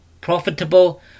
profitable